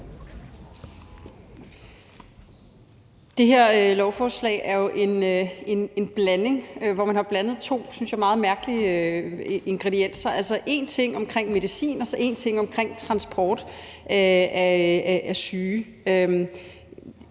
Det her lovforslag er jo en blanding, hvor man har blandet to, synes jeg, meget mærkelige ingredienser, altså en ting omkring medicin og så en anden ting omkring transport af syge.